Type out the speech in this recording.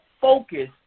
focus